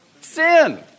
Sin